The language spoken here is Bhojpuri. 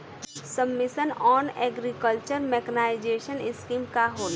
सब mission on agriculture mechanisation scheme का होला?